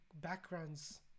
backgrounds